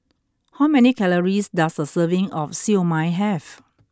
how many calories does a serving of Siew Mai have